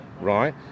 right